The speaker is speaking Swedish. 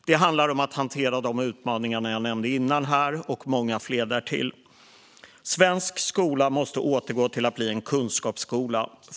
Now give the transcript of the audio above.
Det handlar om att hantera utmaningarna jag redan nämnt och många fler därtill. Svensk skola måste återgå till att bli en kunskapsskola.